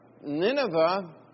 Nineveh